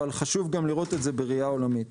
אבל חשוב גם לראות את זה בראייה עולמית.